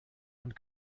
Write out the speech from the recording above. und